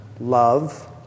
love